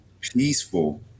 peaceful